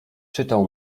czytał